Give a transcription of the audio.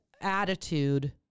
attitude